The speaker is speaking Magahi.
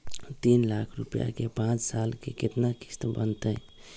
तीन लाख रुपया के पाँच साल के केतना किस्त बनतै?